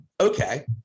okay